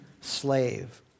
slave